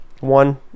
one